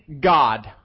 God